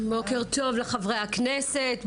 בוקר טוב לחברי הכנסת,